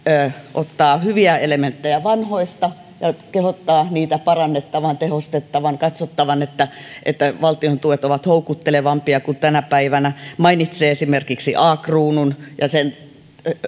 ottaa hyviä elementtejä vanhoista sekä kehottaa niitä parannettavaksi tehostettavaksi katsottavaksi että että valtion tuet ovat houkuttelevampia kuin tänä päivänä mainitsee esimerkiksi a kruunun ja sen